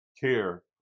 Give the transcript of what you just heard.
care